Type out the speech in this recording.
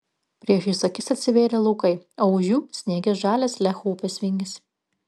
priešais akis atsivėrė laukai o už jų sniege žalias lecho upės vingis